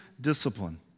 discipline